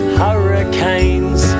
hurricanes